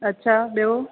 अच्छा ॿियो